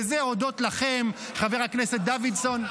וזה הודות לכם, חבר הכנסת דוידסון.